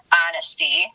honesty